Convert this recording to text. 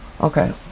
Okay